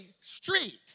street